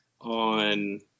on